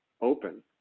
open